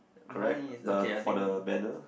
correct the for the banner